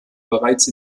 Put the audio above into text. bereits